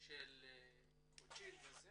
של קוצ'ין וזה.